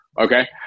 Okay